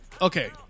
Okay